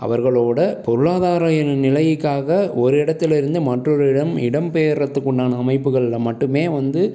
அவர்களோடய பொருளாதாரம் என்னும் நிலைக்காக ஓரிடத்திலிருந்து மற்றொரு இடம் இடம் பெயரத்துக்குண்டான அமைப்புகளில் மட்டுமே வந்து